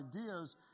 ideas